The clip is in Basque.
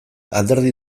alderdi